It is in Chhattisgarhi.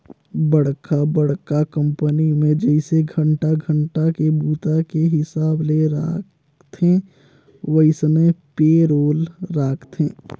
बड़खा बड़खा कंपनी मे जइसे घंटा घंटा के बूता के हिसाब ले राखथे वइसने पे रोल राखथे